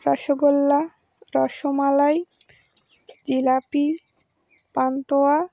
rasgulla rasmalai jalebi pantua